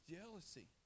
jealousy